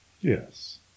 Yes